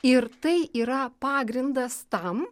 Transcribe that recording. ir tai yra pagrindas tam